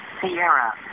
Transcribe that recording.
sierra